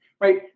right